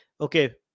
Okay